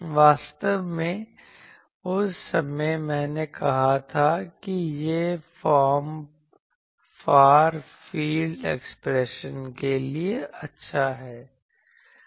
वास्तव में उस समय मैंने कहा था कि यह फॉर्म फार फील्ड एप्रोक्सीमेशन के लिए अच्छा है